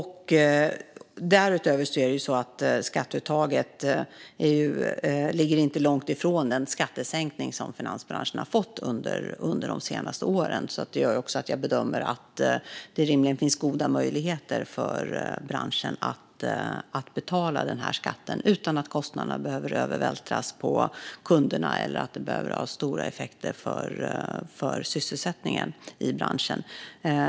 Därutöver är det så att det här skatteuttaget inte ligger långt ifrån den skattesänkning som finansbranschen har fått under de senaste åren. Detta gör att jag bedömer att det rimligen finns goda möjligheter för branschen att betala den här skatten utan att kostnaderna behöver övervältras på kunderna eller att det behöver ha stora effekter på sysselsättningen i branschen.